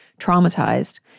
traumatized